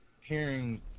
hearing